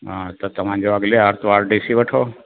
हा त तव्हांजो अॻिले आर्तवारु ॾिसी वठो